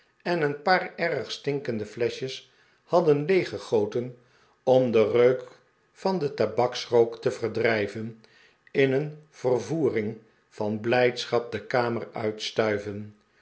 en een paar erg stinkende f leschjes hadden leeg gegoten om den reuk van den tabaksrook te verdrijven in een vervoering van blijdschap de kamer uitstuiven